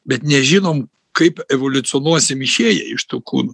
bet nežinom kaip evoliucionuosim išėję iš tų kūnų